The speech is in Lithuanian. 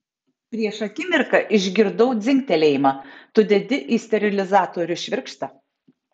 prieš akimirką išgirdau dzingtelėjimą tu dedi į sterilizatorių švirkštą